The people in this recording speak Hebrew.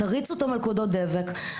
תריצו את מלכודות הדבק.